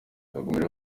yakomeje